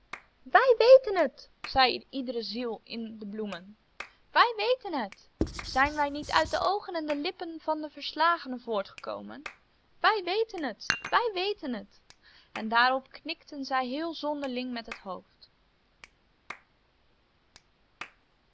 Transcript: wij weten het zei iedere ziel in de bloemen wij weten het zijn wij niet uit de oogen en de lippen van den verslagene voortgekomen wij weten het wij weten het en daarop knikten zij heel zonderling met het hoofd